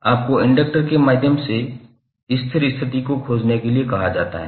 आपको इंडक्टर के माध्यम से स्थिर स्थिति को खोजने के लिए कहा जाता है